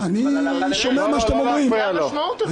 אני מנסה קצת לתהות לגבי המושג גלישה.